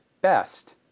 best